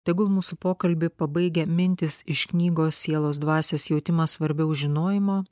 tegul mūsų pokalbį pabaigia mintys iš knygos sielos dvasios jautimas svarbiau žinojimo